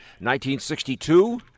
1962